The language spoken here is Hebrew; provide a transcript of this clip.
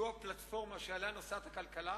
שהוא הפלטפורמה שעליה נוסעת הכלכלה,